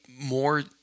more